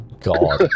god